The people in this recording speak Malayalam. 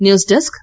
news desk